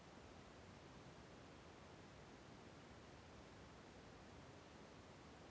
ಯಾವುದಾದರೂ ಸಾಮಾನು ಖರೇದಿಸಲು ಆನ್ಲೈನ್ ಛೊಲೊನಾ ಇಲ್ಲ ಅಂಗಡಿಯಲ್ಲಿ ಛೊಲೊನಾ?